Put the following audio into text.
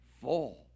full